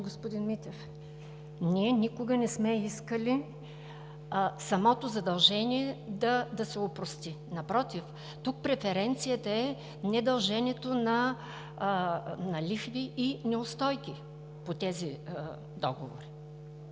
господин Митев, ние никога не сме искали самото задължение да се опрости. Напротив, тук преференцията е недълженето на лихви и неустойки по тези договори.